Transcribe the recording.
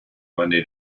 monday